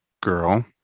girl